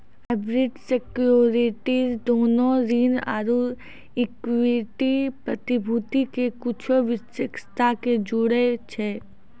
hybrid securities दोनो ऋण आरु इक्विटी प्रतिभूति के कुछो विशेषता के जोड़ै छै